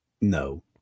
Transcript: No